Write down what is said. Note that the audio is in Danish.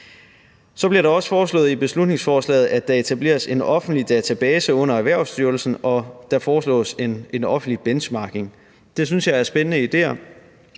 Så bliver der også i beslutningsforslaget foreslået, at der etableres en offentlig database under Erhvervsstyrelsen, og der foreslås en offentlig benchmarking. Det synes jeg er spændende ideer,